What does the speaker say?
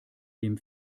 dem